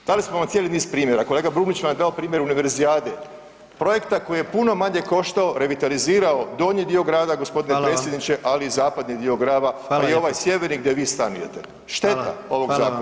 Dali smo vam cijeli niz primjera, kolega Brumnić vam je dao primjer Univerzijade, projekta koji je puno manje koštao, revitalizirao donji dio grada [[Upadica: Hvala vam]] g. predsjedniče, ali i zapadni dio grada [[Upadica: Hvala lijepa]] a i ovaj sjeverni gdje vi stanujete [[Upadica: Hvala]] Šteta ovog zakona